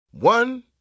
One